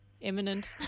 imminent